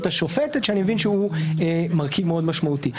השופטת שאני מבין שהוא מרכיב מאוד משמעותי,